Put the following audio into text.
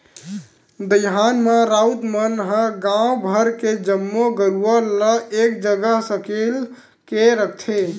दईहान म राउत मन ह गांव भर के जम्मो गरूवा ल एक जगह सकेल के रखथे